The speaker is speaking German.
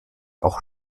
auch